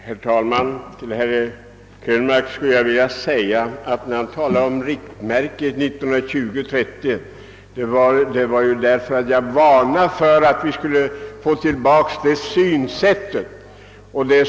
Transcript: Herr talman! Jag ville, herr Krönmark, när jag tog 1920 och 1930-talen Som riktmärke varna för att vi skulle få tillbaka den tidens synsätt.